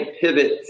pivot